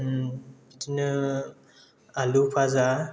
बिदिनो आलु भाजा